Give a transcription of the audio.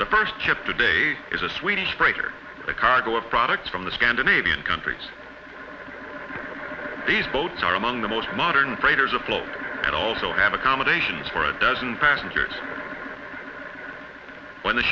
ship today is a swedish freighter a cargo of products from the scandinavian countries these boats are among the most modern freighters afloat and also have accommodations for a dozen passengers when the